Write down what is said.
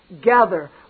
gather